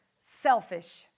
selfish